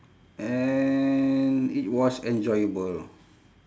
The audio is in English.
and it was enjoyable